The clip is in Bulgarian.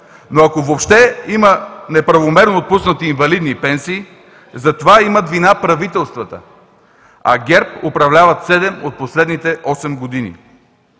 Но ако въобще има неправомерно отпуснати инвалидни пенсии, за това имат вина правителствата, а ГЕРБ управляват 7 от последните 8 години.